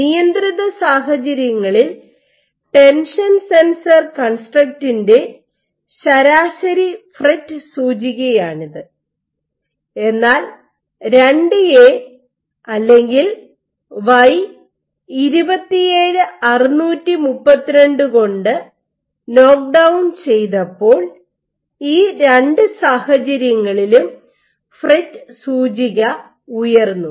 നിയന്ത്രിത സാഹചര്യങ്ങളിൽ tension sensor കൺസ്ട്രക്റ്റിൻറെ ശരാശരി ഫ്രെറ്റ് സൂചികയാണിത് എന്നാൽ IIA അല്ലെങ്കിൽ Y27632 കൊണ്ട് നോക്ക് ഡൌൺ ചെയ്തപ്പോൾ ഈ രണ്ട് സാഹചര്യങ്ങളിലും ഫ്രെറ്റ് സൂചിക ഉയർന്നു